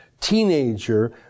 teenager